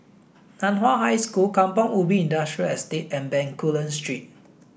Nan Hua High School Kampong Ubi Industrial Estate and Bencoolen Street